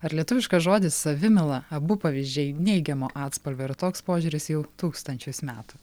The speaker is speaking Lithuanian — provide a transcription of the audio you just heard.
ar lietuviškas žodis savimyla abu pavyzdžiai neigiamo atspalvio ir toks požiūris jau tūkstančius metų